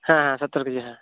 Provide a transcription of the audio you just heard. ᱦᱮᱸ ᱦᱮᱸ ᱥᱚᱛᱳᱨ ᱠᱤᱡᱤ ᱦᱮᱸ